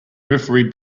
referee